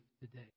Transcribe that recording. today